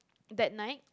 that night